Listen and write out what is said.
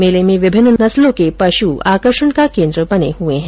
मेले में विभिन्न नस्लों के पशु आकर्षण को केन्द्र बने हुए है